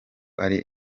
ari